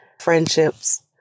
friendships